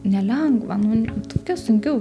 nelengva nu tokia sunki